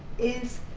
is